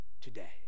today